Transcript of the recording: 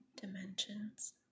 dimensions